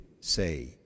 say